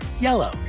yellow